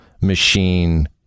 machine